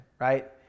right